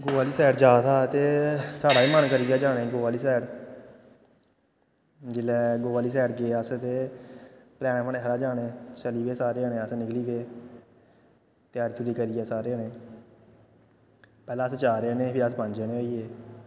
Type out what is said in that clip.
गोवा आह्ली सैड जा दा हा ते साढ़ा बी मन करी गेआ जाने गी गोवा आह्ली सैड जेल्लै गोवा आह्ली सैड गे अस ते प्लैन बनेआ साढ़ा जाने चली गे अस सारे जने निकली पे त्यारी त्यूरी करियै सारे जने पैह्लें अस चार जने हे फ्ही अस पंज जने होई गे